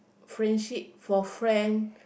friendship for friend